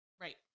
right